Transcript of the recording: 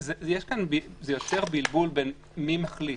זה יוצר בלבול בין מי מחליט.